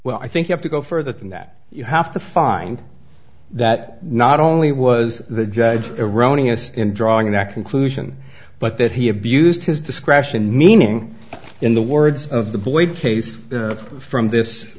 well i think you have to go further than that you have to find that not only was the judge eroni us in drawing that conclusion but that he abused his discretion meaning in the words of the boy the case from this